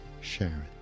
Sharon